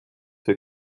für